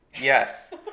Yes